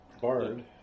bard